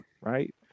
right